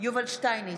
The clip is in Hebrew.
יובל שטייניץ,